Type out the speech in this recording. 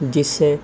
جس سے